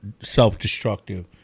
self-destructive